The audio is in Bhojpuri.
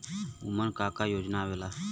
उमन का का योजना आवेला?